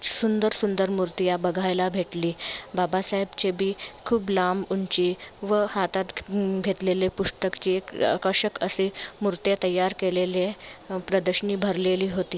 सुंदर सुंदर मूर्तीयाँ बघायला भेटली बाबासाहेबचे बी खूब लांब उंची व हातात घेतलेले पुस्तकाची एक आकर्षक असे मूर्त्या तयार केलेले प्रदर्शनी भरलेली होती